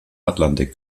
atlantik